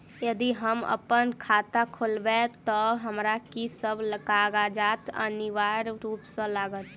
यदि हम अप्पन खाता खोलेबै तऽ हमरा की सब कागजात अनिवार्य रूप सँ लागत?